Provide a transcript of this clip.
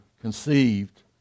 conceived